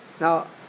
now